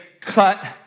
cut